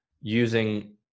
using